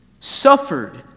suffered